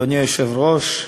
אדוני היושב-ראש,